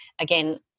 again